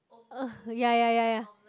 ya ya ya ya